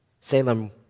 Salem